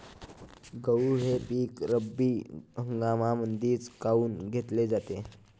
गहू हे पिक रब्बी हंगामामंदीच काऊन घेतले जाते?